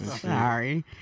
Sorry